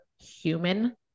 human